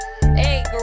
Hey